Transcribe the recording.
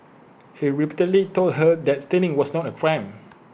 he repeatedly told her that stealing was not A crime